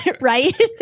right